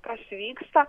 kas vyksta